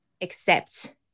accept